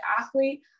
athlete